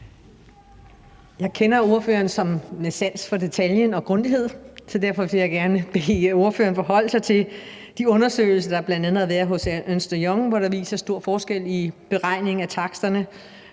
Jeg kender ordførerens sans for detaljen og for grundighed, så derfor vil jeg gerne bede ordføreren forholde sig til de undersøgelser, der har været, bl.a. fra Ernst & Young, hvor der ses store forskelle i beregningen af taksterne.